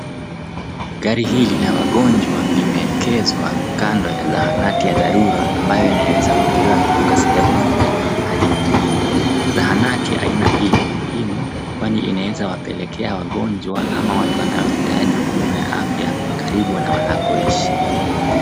Gari hili la wagonjwa limeekezwa kando ya zahanti ya dharura ambayo yanayoweza kutolewa kutoka sehemu moja ady nyingine. Zahanati aina hii ni muhimu kwani inaweza wapelekea wagonjwa ama watu wanaohitaji huduma ya afya karibu na wanakoishi.